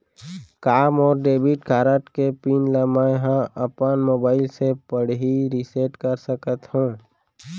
का मोर debit card के पिन ल मैं ह अपन मोबाइल से पड़ही रिसेट कर सकत हो?